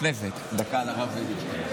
לפני זה, דקה על הרב אדלשטיין.